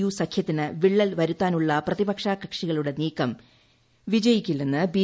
U സഖ്യത്തിന് വിള്ളൽ വരുത്താനുള്ള പ്രതിപക്ഷ കക്ഷികളുടെ നീക്കം വിജയിക്കില്ലെന്ന് ബി